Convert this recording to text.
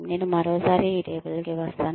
నేను మరోసారి ఈ టేబుల్కి వస్తాను